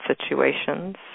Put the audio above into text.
situations